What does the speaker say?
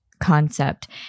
concept